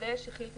לוודא שכי"ל תשלם,